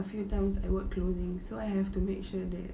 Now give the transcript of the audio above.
a few times I work closing so I have to make sure that